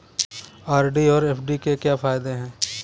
RD और FD के क्या फायदे हैं?